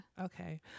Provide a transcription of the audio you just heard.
Okay